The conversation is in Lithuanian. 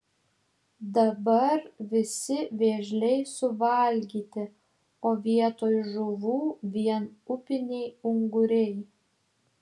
dabar visi vėžliai suvalgyti o vietoj žuvų vien upiniai unguriai